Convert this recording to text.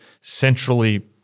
centrally